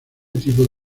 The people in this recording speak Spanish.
tipo